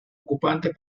ocupantes